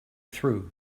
through